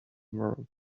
world